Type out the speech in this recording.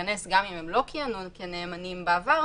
להיכנס גם אם הם לא כיהנו כנאמנים בעבר,